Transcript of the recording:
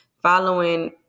Following